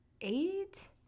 eight